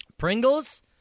Pringles